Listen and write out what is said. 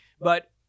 But-